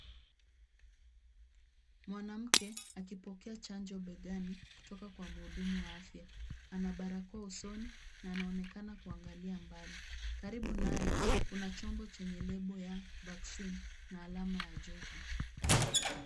Mwanamke akipokea chanjo begani kutoka kwa mhudumu wa afya, ana barakoa usoni na anaonekana kuangalia mbali, karibu naye kuna chombo chenye lebo ya vaccine na alama ya joto.